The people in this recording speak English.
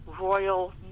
Royal